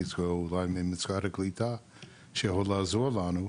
כי זה אולי ממשרד הקליטה שיכול לעזור לנו.